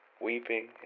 weeping